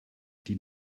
die